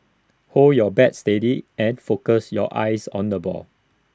hold your bat steady and focus your eyes on the ball